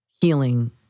healing